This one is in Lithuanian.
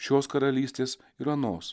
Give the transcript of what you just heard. šios karalystės ir anos